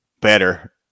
better